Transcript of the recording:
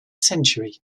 century